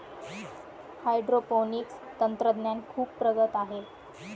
hydroponics तंत्रज्ञान खूप प्रगत आहे